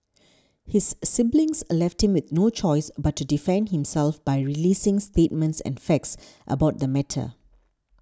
his siblings a left him with no choice but to defend himself by releasing statements and facts about the matter